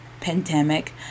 pandemic